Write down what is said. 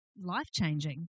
life-changing